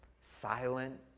Silent